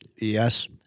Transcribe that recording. Yes